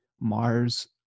Mars